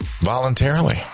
voluntarily